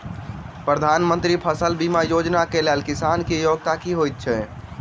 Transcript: प्रधानमंत्री फसल बीमा योजना केँ लेल किसान केँ की योग्यता होइत छै?